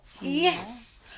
Yes